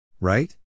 Right